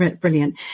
brilliant